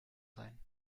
sein